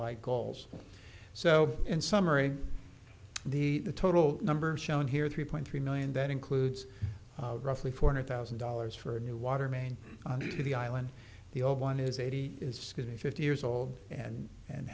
like goals so in summary the total number shown here three point three million that includes roughly four hundred thousand dollars for a new water main to the island the old one is eighty it's going to fifty years old and and